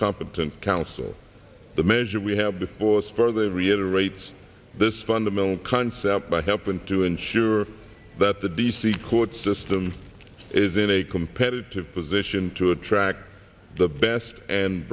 competent counsel the measure we have before spur they reiterate this fundamental concept by helping to ensure that the d c court system is in a competitive position to attract the best and